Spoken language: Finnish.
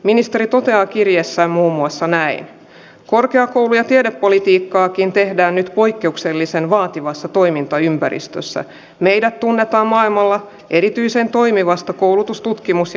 ministeri toteaa kirjeessä muun muassa näin korkeakoulu ja tiedepolitiikkaakin tehdään nyt poikkeuksellisen vaativassa toimintaympäristössä meidät tunnetaan maailmalla erityisen toimivasta koulutus tutkimus ja